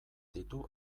ditu